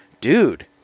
Dude